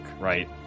right